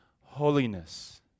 holiness